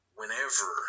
whenever